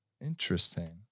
Interesting